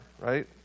right